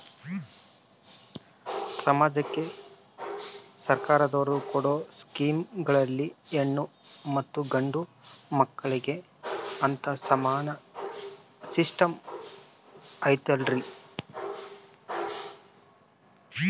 ಸಮಾಜಕ್ಕೆ ಸರ್ಕಾರದವರು ಕೊಡೊ ಸ್ಕೇಮುಗಳಲ್ಲಿ ಹೆಣ್ಣು ಮತ್ತಾ ಗಂಡು ಮಕ್ಕಳಿಗೆ ಅಂತಾ ಸಮಾನ ಸಿಸ್ಟಮ್ ಐತಲ್ರಿ?